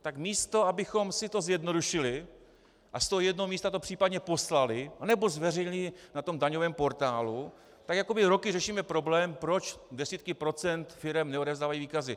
Tak místo abychom si to zjednodušili a z toho jednoho místa to případně poslali, nebo zveřejnili na tom daňovém portálu, tak jakoby roky řešíme problém, proč desítky procent firem neodevzdávají výkazy.